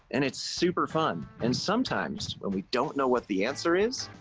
and it's super fun. and sometimes when we don't know what the answer is,